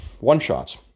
one-shots